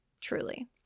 Truly